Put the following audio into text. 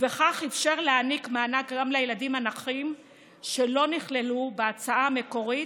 ובכך אפשר להעניק מענק גם לילדים הנכים שלא נכללו בהצעה המקורית,